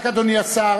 רק, אדוני השר,